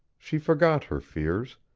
she forgot her fears,